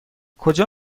کجا